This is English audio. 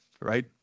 right